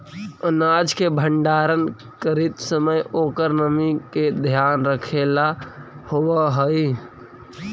अनाज के भण्डारण करीत समय ओकर नमी के ध्यान रखेला होवऽ हई